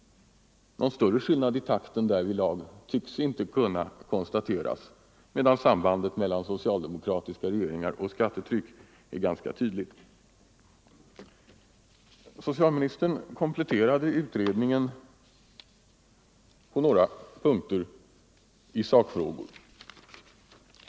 Någon större skillnad i takten därvidlag tycks inte kunna konstateras, medan sambandet mellan socialdemokratiska regeringar och skattetryck är ganska tydligt. Socialministern kompletterade utredningen i några sakfrågor.